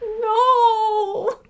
No